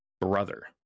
brother